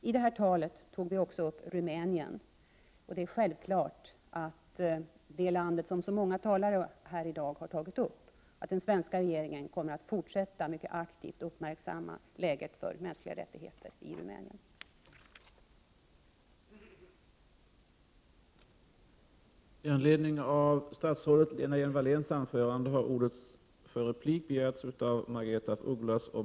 I detta tal togs också Rumänien upp. Den svenska regeringen kommer att fortsätta att mycket aktivt uppmärksamma läget för mänskliga rättigheter i Rumänien, det land som så många talare här har tagit upp till diskussion.